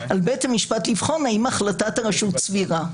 על בית המשפט לבחון האם החלטת הרשות סבירה.